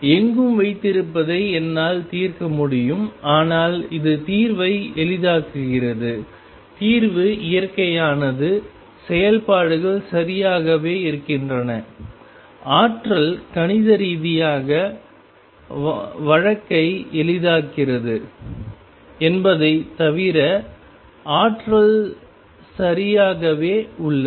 எங்கும் வைத்திருப்பதை என்னால் தீர்க்க முடியும் ஆனால் இது தீர்வை எளிதாக்குகிறது தீர்வு இயற்கையானது செயல்பாடுகள் சரியாகவே இருக்கின்றன ஆற்றல் கணித ரீதியாக வாழ்க்கையை எளிதாக்குகிறது என்பதைத் தவிர ஆற்றல் சரியாகவே உள்ளது